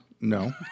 no